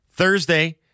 Thursday